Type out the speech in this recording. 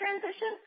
transition